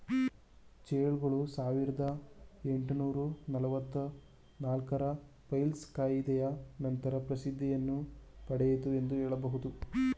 ಚೆಕ್ಗಳು ಸಾವಿರದ ಎಂಟುನೂರು ನಲವತ್ತು ನಾಲ್ಕು ರ ಪೀಲ್ಸ್ ಕಾಯಿದೆಯ ನಂತರ ಪ್ರಸಿದ್ಧಿಯನ್ನು ಪಡೆಯಿತು ಎಂದು ಹೇಳಬಹುದು